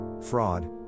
fraud